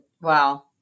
wow